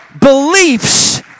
beliefs